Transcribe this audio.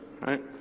right